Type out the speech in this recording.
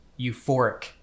euphoric